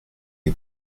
est